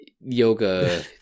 yoga